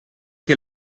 che